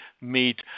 meet